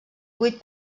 vuit